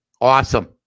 Awesome